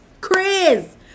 chris